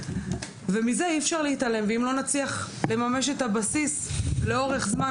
ומזה אי אפשר להתעלם ואם לא נצליח לממש את הבסיס לאורך זמן,